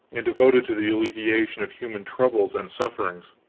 and devoted to the alleviation of human troubles and sufferings.